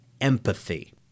empathy